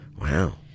Wow